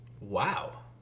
Wow